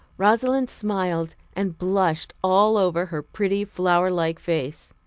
rosalind smiled and blushed all over her pretty flower-like face.